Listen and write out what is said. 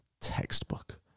textbook